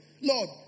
Lord